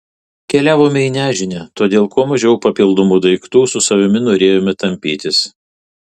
keliavome į nežinią todėl kuo mažiau papildomų daiktų su savimi norėjome tampytis